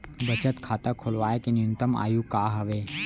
बचत खाता खोलवाय के न्यूनतम आयु का हवे?